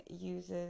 uses